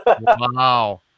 Wow